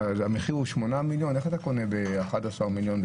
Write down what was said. המחיר הוא 8 מיליון איך אתה קונה ב-11 מיליון?